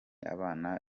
abana